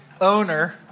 owner